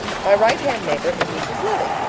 my right-hand neighbor is mrs. lilly.